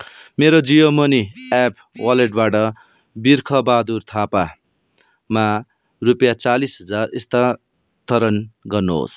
मेरो Jio money app वर्लेटबाट बिर्ख बहादुर थापामा रुपियाँ चालिस हजार स्थानान्तरण गर्नुहोस्